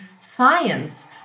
science